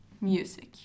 Music